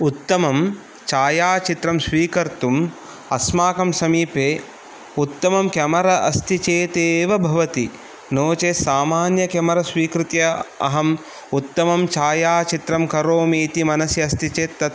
उत्तमं छायाचित्रं स्वीकर्तुम् अस्माकं समीपे उत्तमं केमरा अस्ति चेत् एव भवति नो चेत् सामान्य केमरा स्वीकृत्य अहम् उत्तमं छायाचित्रं करोमि इति मनसि अस्ति चेत् तत्